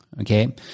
okay